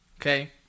Okay